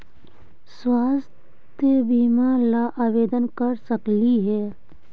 स्वास्थ्य बीमा ला आवेदन कर सकली हे?